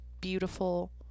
beautiful